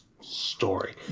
story